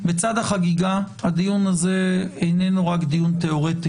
בצד החגיגה, הדיון הזה איננו רק תיאורטי.